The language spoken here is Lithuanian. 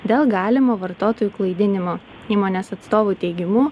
dėl galimo vartotojų klaidinimo įmonės atstovų teigimu